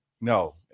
no